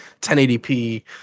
1080p